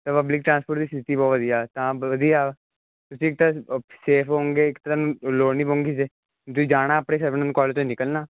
public transport ਦੀ ਸਥਿਤੀ ਬਹੁਤ ਵਧੀਆ ਸ਼ਾਮ ਵਧੀਆ ਤੁਸੀਂ ਤਾਂ ਸੇਫ ਹੋਣਗੇ ਇੱਕ ਤੁਹਾਨੂੰ ਲੋੜ ਨਹੀਂ ਪਉਂਗੀ ਤੁਸੀਂ ਜਾਣਾ ਆਪਣੇ ਸੈਵਨ ਕਾਲਜ ਤੋਂ ਨਿਕਲਣਾ